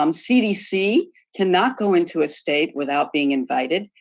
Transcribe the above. um cdc cannot go into a state without being invited.